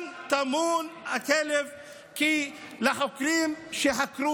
עוד נמצא כי לחוקרי